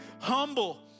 humble